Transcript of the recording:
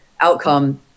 outcome